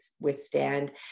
withstand